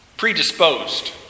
predisposed